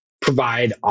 provide